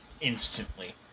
instantly